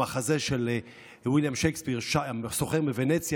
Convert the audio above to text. המחזה של ויליאם שייקספיר "הסוחר מוונציה",